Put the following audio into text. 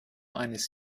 eines